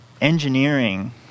engineering